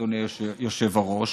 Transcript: אדוני היושב-ראש,